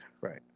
Right